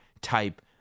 type